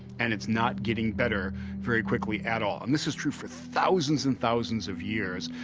and it's not getting better very quickly at all, and this is true for thousands and thousands of years.